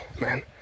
man